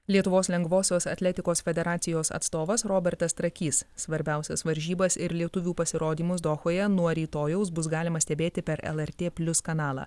lietuvos lengvosios atletikos federacijos atstovas robertas trakys svarbiausias varžybas ir lietuvių pasirodymus dohoje nuo rytojaus bus galima stebėti per lrt plius kanalą